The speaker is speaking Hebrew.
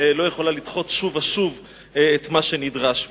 לא יכולה לדחות שוב ושוב את מה שנדרש ממנה.